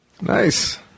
Nice